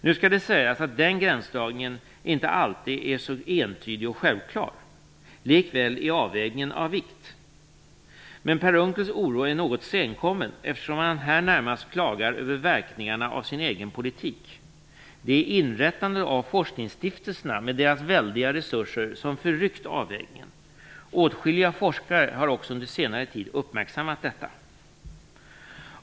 Nu skall det sägas att den gränsdragningen inte alltid är så entydig och självklar. Likväl är avvägningen av vikt. Men Per Unckels oro är något senkommen, eftersom han här närmast klagar över verkningarna av sin egen politik. Det är inrättandet av forskningsstiftelserna med deras väldiga resurser som förryckt avvägningen. Åtskilliga forskare har också under senare tid uppmärksammat detta.